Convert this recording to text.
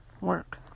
work